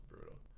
brutal